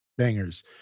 bangers